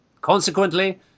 Consequently